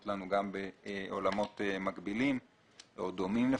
לנו גם בעולמות מקבילים או לפחות דומים.